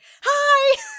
Hi